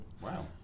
Wow